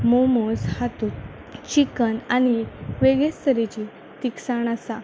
मोमोज हातूंत चिक्कन आनी वेगळीच तरेचीं तिखसाण आसा